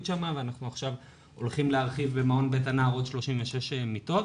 שם ואנחנו עכשיו הולכים להרחיב במעון 'בית הנער' עוד 36 מיטות.